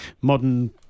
modern